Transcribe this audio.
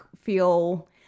feel